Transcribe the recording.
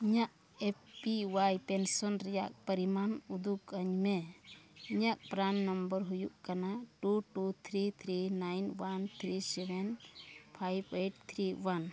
ᱤᱧᱟᱹᱜ A P Y pension ᱨᱮᱭᱟᱜ ᱯᱚᱨᱤᱢᱟᱱ ᱩᱫᱩᱜ ᱟᱹᱧᱢᱮ ᱤᱧᱟᱹᱜ ᱯᱨᱟᱱ ᱱᱟᱢᱵᱟᱨ ᱦᱩᱭᱩᱜ ᱠᱟᱱᱟ two two three three nine one three seven five eight three one